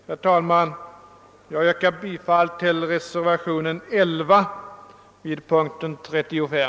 Herr talman! Jag yrkar bifall till reservationen 11 vid punkten 35.